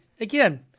again